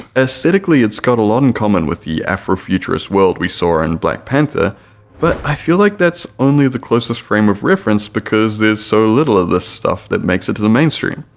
aesthetically it's got a lot in common with the afro-futurist world we saw in black panther but i feel like that's only the closest frame of reference because there's so little of this stuff that makes it to the mainstream,